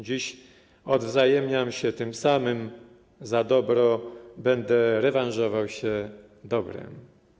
Dziś odwzajemniam się tym samym, za dobro będę rewanżował się dobrem.